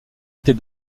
était